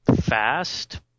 fast